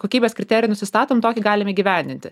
kokybės kriterijų nusistatom tokį galim įgyvendinti